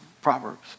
Proverbs